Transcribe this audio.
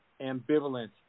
ambivalent